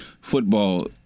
Football